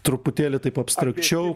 truputėlį taip abstrakčiau